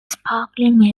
sparkling